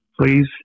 please